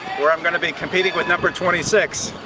where i'm gonna be competing with number twenty six.